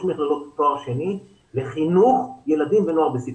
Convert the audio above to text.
מכללות תואר שני לחינוך ילדים ונוער בסיכון.